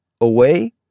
away